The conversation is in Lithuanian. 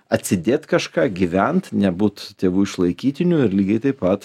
atsidėt kažką gyvent nebūtų tėvų išlaikytinių ir lygiai taip pat